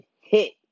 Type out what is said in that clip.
hit